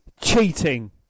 cheating